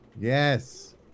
yes